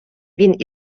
він